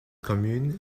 commune